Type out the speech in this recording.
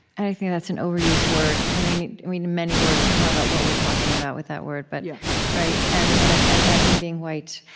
i think that's an overused word we we need many words to talk about what we're talking about with that word but yeah and and ah and about him being white.